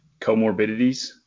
comorbidities